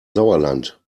sauerland